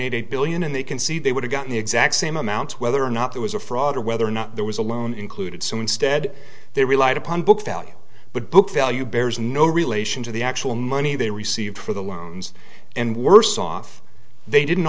point eight billion and they can see they would have gotten the exact same amount whether or not that was a fraud or whether or not there was a loan included so instead they relied upon book value but book value bears no relation to the actual money they received for the loans and worse off they didn't